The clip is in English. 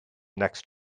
next